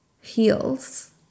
heels